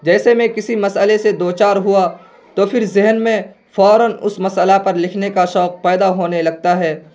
جیسے میں کسی مسئلے سے دو چار ہوا تو پھر ذہن میں فوراً اس مسٔلہ پر لکھنے کا شوق پیدا ہونے لگتا ہے